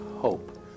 Hope